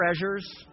treasures